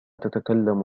تتكلم